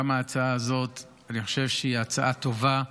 אני חושב שגם ההצעה הזאת היא הצעה טובה.